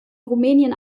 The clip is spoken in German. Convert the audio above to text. rumänien